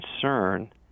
concern